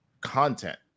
content